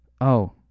Oh